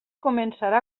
començarà